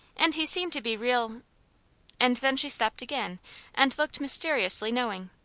and he seemed to be real and then she stopped again and looked mysteriously knowing.